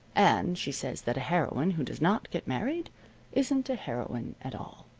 and she says that a heroine who does not get married isn't a heroine at all.